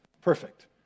perfect